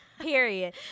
Period